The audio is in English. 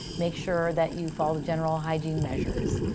make sure that you follow the general hygiene measures.